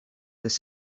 this